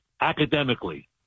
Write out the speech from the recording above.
academically